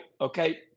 Okay